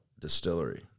distillery